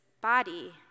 body